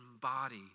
body